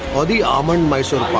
or the almond mysore